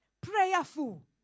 prayerful